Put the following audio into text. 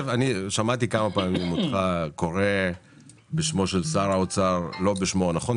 שמעתי כמה פעמים אותך קורא בשמו של שר האוצר ולא בשמו הנכון.